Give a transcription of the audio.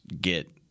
get